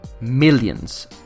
millions